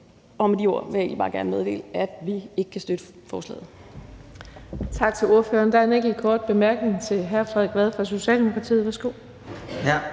Med de ord vil jeg egentlig bare gerne meddele, at vi ikke kan støtte forslaget.